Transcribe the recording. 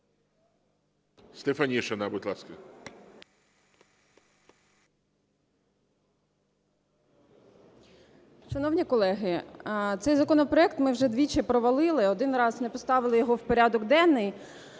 Стефанишина, будь ласка.